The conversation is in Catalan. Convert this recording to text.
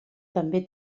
també